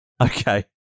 Okay